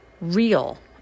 real